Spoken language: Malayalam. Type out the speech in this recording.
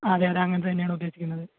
ആ അതേ അതേ അങ്ങനെ തന്നെ ആണ് ഉദ്ദേശിക്കുന്നത്